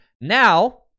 Now